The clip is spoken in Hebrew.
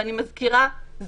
ואני מזכירה,